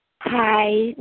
Hi